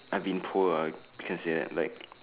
I'm been poor ah I can say that like